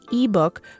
ebook